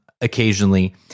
occasionally